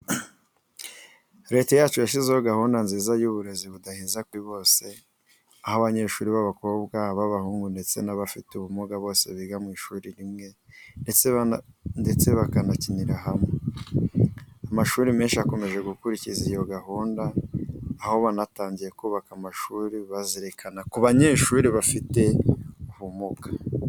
Leta yacu yashyizeho gahunda nziza y'uburezi budaheza kuri bose, aho abanyeshuri b'abakobwa, abahungu ndetse n'abafite ubumuga bose biga mu ishuri rimwe ndetse bagakinira hamwe. Amashuri menshi akomeje gukurikiza iyo gahunda aho banatangiye no kubaka amashuri banazirikana ku banyeshuri bafite ubumuga.